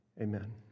Amen